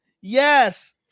yes